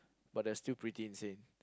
but they're still pretty insane